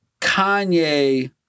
Kanye